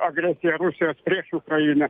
agresija rusijos prieš ukrainą